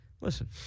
listen